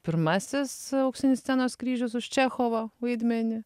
pirmasis auksinis scenos kryžius už čechovo vaidmenį